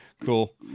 cool